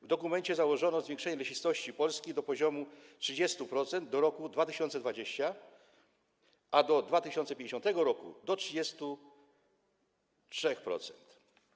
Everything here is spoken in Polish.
W dokumencie założono zwiększenie lesistości Polski do poziomu 30% do roku 2020, a do 2050 r. do 33%.